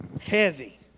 heavy